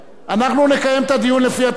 אנחנו נקיים את הדיון לפי התקנון,